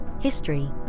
history